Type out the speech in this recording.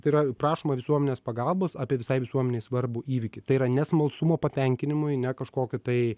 tai yra prašoma visuomenės pagalbos apie visai visuomenei svarbų įvykį tai yra ne smalsumo patenkinimui ne kažkokio tai